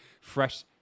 fresh